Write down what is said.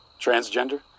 Transgender